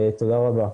תודה רבה.